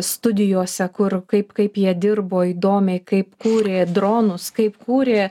studijose kur kaip kaip jie dirbo įdomiai kaip kūrė dronus kaip kūrė